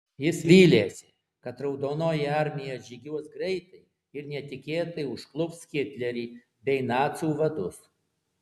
jis vylėsi kad raudonoji armija atžygiuos greitai ir netikėtai užklups hitlerį bei nacių vadus